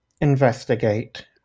investigate